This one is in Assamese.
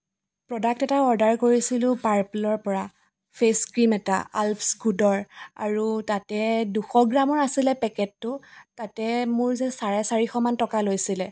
প্ৰডাক্ট এটা অৰ্ডাৰ কৰিছিলো পাৰ্পলৰ পৰা ফে'চ ক্ৰীম এটা আল্পছ গুডৰ আৰু তাতে দুশ গ্ৰামৰ আছিলে পেকেটটো তাতে মোৰ যে চাৰে চাৰিশ মান টকা লৈ লৈছিলে